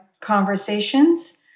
conversations